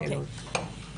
אוקיי.